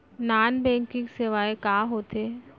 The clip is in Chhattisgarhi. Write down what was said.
नॉन बैंकिंग सेवाएं का होथे